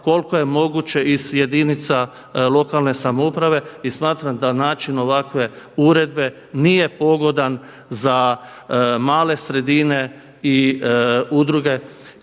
koliko je moguće iz jedinica lokalne samouprave. I smatram da način ovakve uredbe nije pogodan za male sredine i udruge